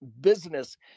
business